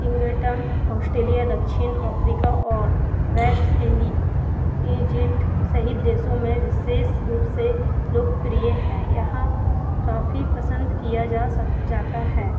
kingdom Australia दक्षिण Africa और West Indies Egypt सहित देशों में विशेष रूप से लोकप्रिय है यहाँ काफ़ी पसन्द किया जा जाता है